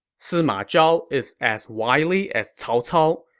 sima zhao is as wily as cao cao.